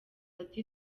ati